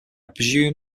presume